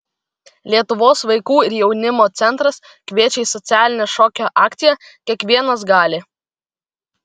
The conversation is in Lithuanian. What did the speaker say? lietuvos vaikų ir jaunimo centras kviečia į socialinę šokio akciją kiekvienas gali